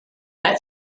that